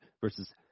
versus